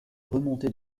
remontés